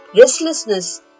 restlessness